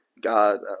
god